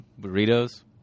burritos